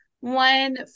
one